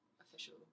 official